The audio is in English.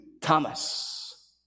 Thomas